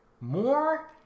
more